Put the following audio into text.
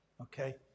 okay